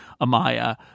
amaya